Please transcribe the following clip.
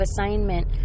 assignment